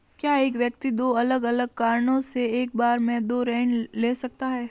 क्या एक व्यक्ति दो अलग अलग कारणों से एक बार में दो ऋण ले सकता है?